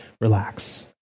relax